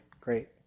great